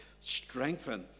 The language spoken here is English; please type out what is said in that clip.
Strengthen